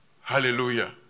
Hallelujah